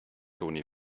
toni